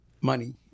Money